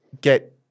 get